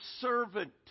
servant